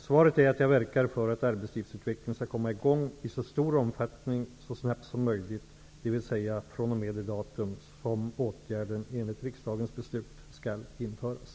Svaret är att jag verkar för att arbetslivsutveckling skall komma i gång i så stor omfattning och så snabbt som möjligt, dvs. fr.o.m. det datum som åtgärden enligt riksdagens beslut skall införas.